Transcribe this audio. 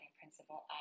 principle